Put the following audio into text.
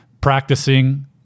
practicing